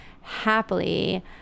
happily